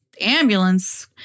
Ambulance